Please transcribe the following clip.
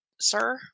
sir